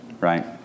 right